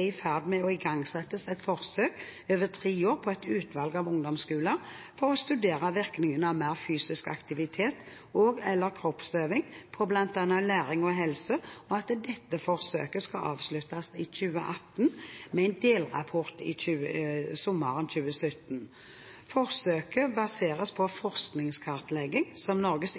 i ferd med å igangsettes et forsøk over tre år på et utvalg av ungdomsskoler for å studere virkningene av mer fysisk aktivitet og/eller kroppsøving på bl.a. læring og helse, og at dette forsøket skal avsluttes i 2018, med en delrapport sommeren 2017. Forsøket baseres på en forskningskartlegging som Norges